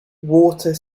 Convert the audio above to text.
water